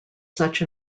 such